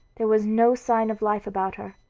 there was no sign of life about her.